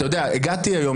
אתה יודע, הגעתי היום